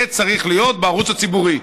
זה צריך להיות בערוץ הציבורי,